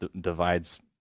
divides